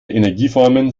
energieformen